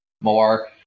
more